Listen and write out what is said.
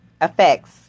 effects